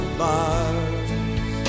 bars